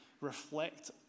reflect